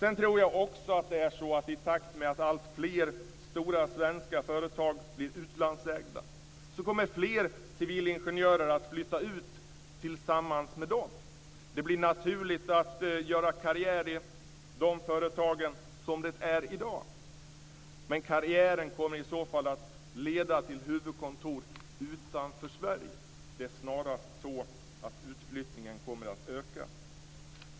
Jag tror också att det är så här: I takt med att alltfler stora svenska företag blir utlandsägda kommer fler civilingenjörer att flytta ut med dem. Det blir naturligt att göra karriär i de företagen, som det är i dag, men karriären kommer i så fall att leda till huvudkontor utanför Sverige. Det är snarast så att utflyttningen kommer att öka.